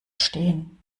stehen